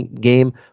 game